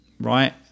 Right